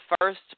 first